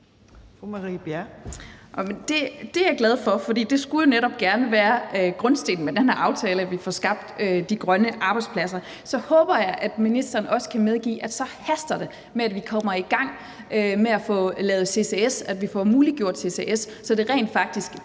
Det er jeg glad for. For det skulle jo netop gerne være grundstenen med den her aftale, at vi får skabt de grønne arbejdspladser. Så håber jeg, at ministeren også kan medgive, at det så haster med, at vi kommer i gang med at få lavet ccs, at vi får muliggjort ccs, så det rent faktisk